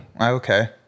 Okay